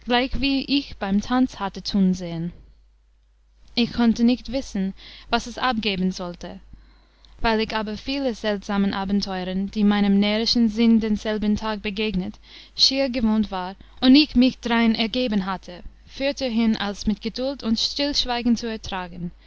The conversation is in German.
ich beim tanz hatte tun sehen ich konnte nicht wissen was es abgeben sollte weil ich aber vieler seltsamen abenteuren die meinem närrischen sinn denselben tag begegnet schier gewohnt war und ich mich drein ergeben hatte fürterhin alles mit gedult und stillschweigen zu ertragen